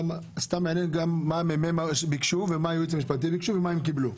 מעניין מה הממ"מ ביקשו ומה הייעוץ המשפטי ביקשו ומה הם קיבלו.